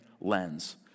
lens